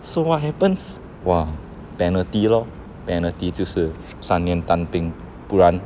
so what happens !wah! penalty lor penalty 就是三年当兵不然